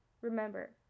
Remember